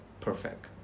perfect